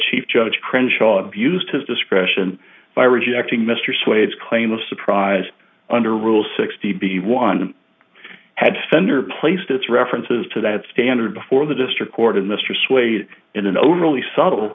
chief judge crenshaw abused his discretion by rejecting mr swades claim of surprise under rule sixty b one had fender placed its references to that standard before the district court in this tree swayed in an overly subtle